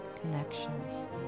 connections